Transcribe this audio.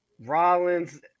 Rollins